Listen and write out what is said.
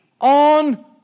on